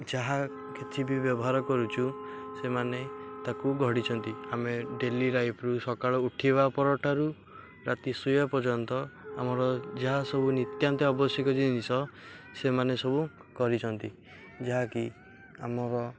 ଯାହା କିଛିି ବି ବ୍ୟବହାର କରୁଛୁ ସେମାନେ ତାକୁ ଗଢ଼ିଛନ୍ତି ଆମେ ଡେଲି ଲାଇଫ୍ରୁ ସକାଳୁ ଉଠିବା ପରଠାରୁ ରାତି ଶୋଇବା ପର୍ଯ୍ୟନ୍ତ ଆମର ଯାହା ସବୁ ନିତ୍ୟାନ୍ତ ଆବଶ୍ୟକ ଜିନିଷ ସେମାନେ ସବୁ କରିଛନ୍ତି ଯାହାକି ଆମର